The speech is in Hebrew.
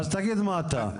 אז תגיד מה אתה.